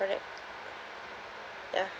correct ya